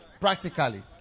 practically